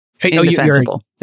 indefensible